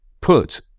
put